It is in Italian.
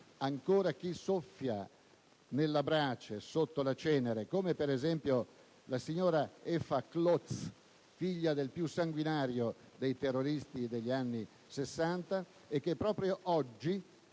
ancora chi soffia sulla brace sotto la cenere, come, ad esempio, la signora Eva Klotz, figlia del più sanguinario dei terroristi degli anni Sessanta, da molti anni